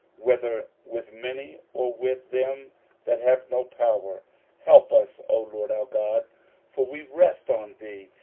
whether with many, or with them that have no power help us, o lord our god for we rest on thee,